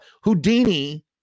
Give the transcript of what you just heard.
Houdini